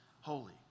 holy